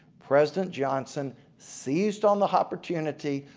president johnson seized on the opportunity,